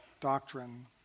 doctrine